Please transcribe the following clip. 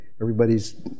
everybody's